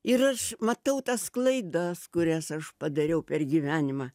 ir aš matau tas klaidas kurias aš padariau per gyvenimą